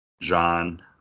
John